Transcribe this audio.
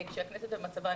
כשהכנסת במצבה.